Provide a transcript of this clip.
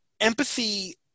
empathy